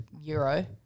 Euro